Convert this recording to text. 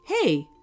Hey